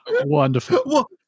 wonderful